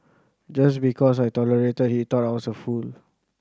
just because I tolerated he thought I was a fool